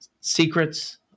Secrets